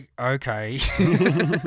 okay